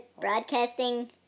Broadcasting